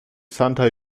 santa